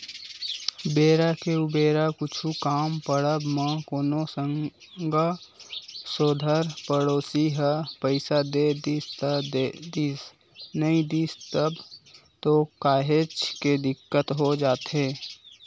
बेरा के उबेरा कुछु काम पड़ब म कोनो संगा सोदर पड़ोसी ह पइसा दे दिस त देदिस नइ दिस तब तो काहेच के दिक्कत हो जाथे